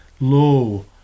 Lo